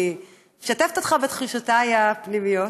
אני משתפת אותך בתחושותיי הפנימיות.